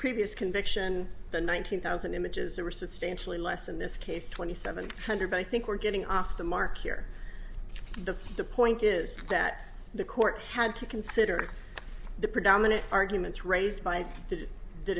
previous conviction the nine hundred thousand images there were substantially less in this case twenty seven hundred i think we're getting off the mark here the the point is that the court had to consider the predominant arguments raised by the